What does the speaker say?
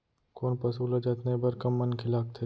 कोन पसु ल जतने बर कम मनखे लागथे?